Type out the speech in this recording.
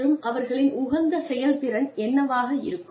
மற்றும் அவர்களின் உகந்த செயல்திறன் என்னவாக இருக்கும்